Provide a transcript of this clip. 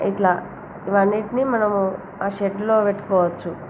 ఇట్లా ఇవన్నిటినీ మనము ఆ షెడ్లో పెట్టుకోవచ్చు